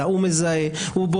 אם לא